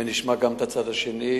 ונשמע גם את הצד השני.